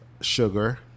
sugar